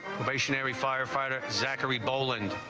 probationary firefighter and